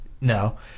No